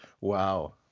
Wow